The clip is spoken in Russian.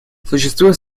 существует